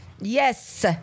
Yes